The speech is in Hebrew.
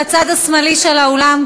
בצד השמאלי של האולם,